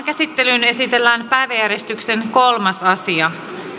käsittelyyn esitellään päiväjärjestyksen kolmas asia